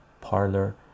Parlor